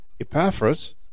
Epaphras